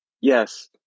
Yes